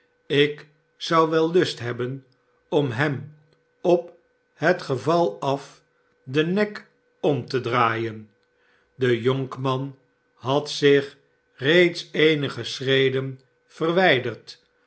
ik zou wel lust hebben om hem op het geval af den nek om te draaien de jonkman had zich reeds eenige schreden verwijderd